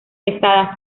pesada